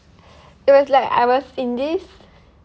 it was like I was in this